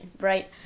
right